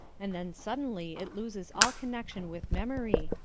and then suddenly it loses all connection with memory,